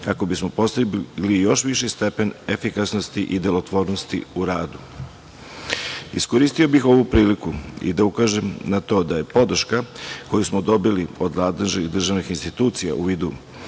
kako bismo postigli još viši stepen efikasnosti i delotvornosti u radu. Iskoristio bih ovu priliku da ukažem i na to da je podrška koju smo dobili od nadležnih državnih institucija u vidu